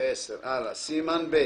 סימן ב.